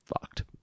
fucked